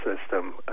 system